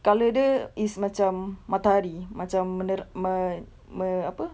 colour dia is macam matahari macam menera~ me~ me~ apa